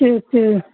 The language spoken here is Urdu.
ٹھیک ٹھیک